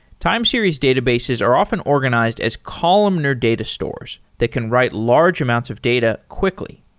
time series databases are often organized as columnar data stores that can write large amounts of data quickly.